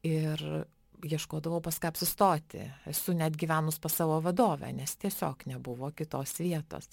ir ieškodavau pas ką apsistoti esu net gyvenus pas savo vadovę nes tiesiog nebuvo kitos vietos